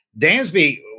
Dansby